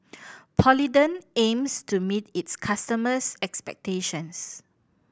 Polident aims to meet its customers' expectations